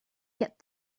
get